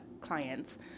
clients